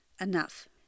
enough